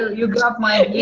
ah you got my